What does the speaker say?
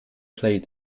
played